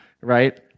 right